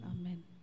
Amen